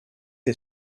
est